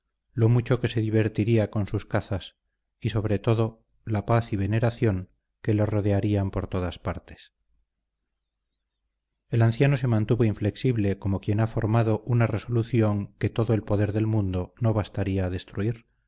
lo mucho que se divertiría con sus cazas y sobre todo la paz y veneración que le rodearían por todas partes el anciano se mantuvo inflexible como quien ha formado una resolución que todo el poder del mundo no bastaría a destruir